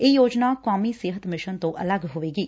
ਇਹ ਯੋਜਨਾ ਕੌਮੀ ਸਿਹਤ ਮਿਸ਼ਨ ਤੋਂ ਅਲੱਗ ਹੋਵੇਗੀ